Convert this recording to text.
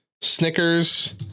Snickers